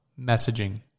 messaging